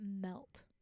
melt